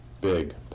big